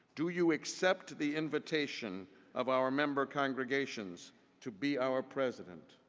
do you accept the invitation of our member congregations to be our president?